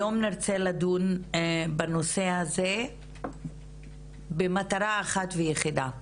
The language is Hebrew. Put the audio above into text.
היום נרצה לדון בנושא הזה במטרה אחת ויחידה,